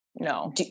No